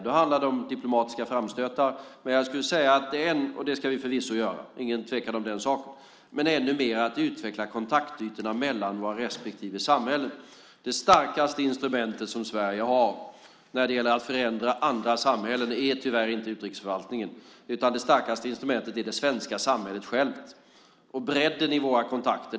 Det handlar om diplomatiska framstötar, och det ska vi förvisso göra - det är ingen tvekan om den saken - men det handlar ännu mer om att utveckla kontaktytorna mellan våra respektive samhällen. Det starkaste instrument som Sverige har när det gäller att förändra andra samhällen är tyvärr inte utrikesförvaltningen, utan det starkaste instrumentet är det svenska samhället självt och bredden i våra kontakter.